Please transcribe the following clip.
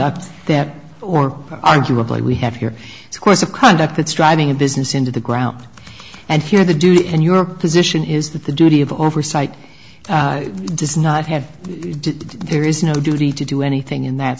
that or arguably we have here of course of conduct that striving in business into the ground and here the duty and your position is that the duty of oversight does not have there is no duty to do anything in that